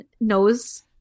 knows